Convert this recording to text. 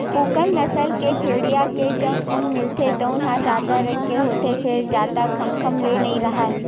पूगल नसल के भेड़िया ले जउन ऊन मिलथे तउन ह सादा रंग के होथे फेर जादा घमघम ले नइ राहय